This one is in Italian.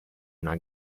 una